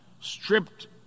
Stripped